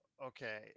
Okay